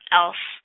else